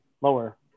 lower